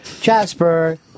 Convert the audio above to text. Jasper